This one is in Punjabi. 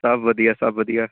ਸਭ ਵਧੀਆ ਸਭ ਵਧੀਆ